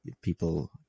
people